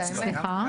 סליחה?